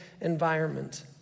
environment